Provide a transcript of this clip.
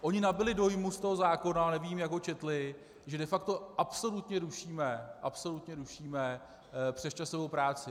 Oni nabyli dojmu z toho zákona, nevím, jak ho četli, že de facto absolutně rušíme, absolutně rušíme přesčasovou práci.